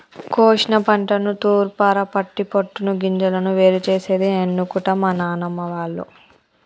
కోశిన పంటను తూర్పారపట్టి పొట్టును గింజలను వేరు చేసేది ఎనుకట మా నానమ్మ వాళ్లు